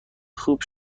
خوب